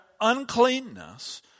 uncleanness